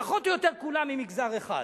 פחות או יותר כולם ממגזר אחד.